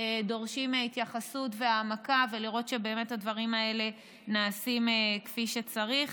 דורשות התייחסות והעמקה כדי לראות שבאמת הדברים האלה נעשים כפי שצריך.